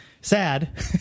sad